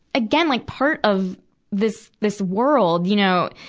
again, like part of this, this world, you know.